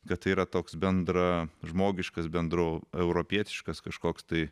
kad tai yra toks bendražmogiškas bendraeuropietiškas kažkoks tai